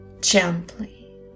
gently